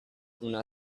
una